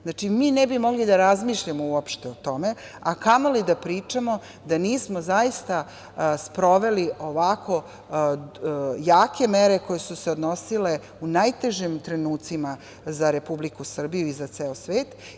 Znači, mi ne bi mogli da razmišljamo uopšte o tome, a kamoli da pričamo, da nismo zaista sproveli ovako jake mere koje su se odnosile u najtežim trenucima za Republiku Srbiju i za ceo svet.